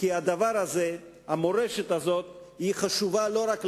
כי המורשת הזאת היא חשובה לא רק לכם,